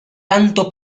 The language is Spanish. tanto